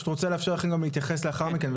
אני רוצה לאפשר לכם גם להתייחס לאחר מכן,